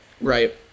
Right